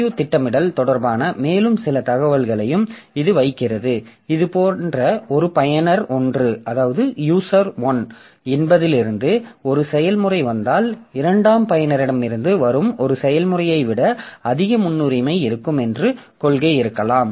CPU திட்டமிடல் தொடர்பான மேலும் சில தகவல்களையும் இது வைத்திருக்கிறது இது போன்ற ஒரு பயனர் 1 என்பதிலிருந்து ஒரு செயல்முறை வந்தால் 2ஆம் பயனரிடமிருந்து வரும் ஒரு செயல்முறையை விட அதிக முன்னுரிமை இருக்கும் என்ற கொள்கை இருக்கலாம்